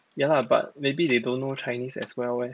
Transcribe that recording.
ya lah but maybe they don't know chinese as well